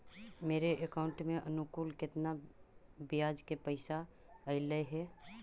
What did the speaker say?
मेरे अकाउंट में अनुकुल केतना बियाज के पैसा अलैयहे?